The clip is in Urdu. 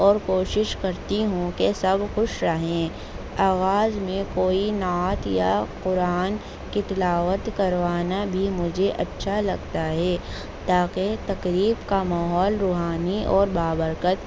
اور کوشش کرتی ہوں کہ سب خوش رہیں آغاز میں کوئی نعت یا قرآن کی تلاوت کروانا بھی مجھے اچھا لگتا ہے تاکہ تقریب کا ماحول روحانی اور بابرکت